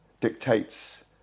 Dictates